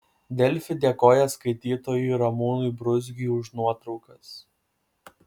delfi dėkoja skaitytojui ramūnui bruzgiui už nuotraukas